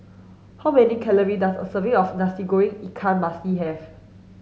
how many calorie does a serving of Nasi Goreng Ikan Masin have